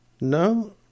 No